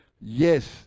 yes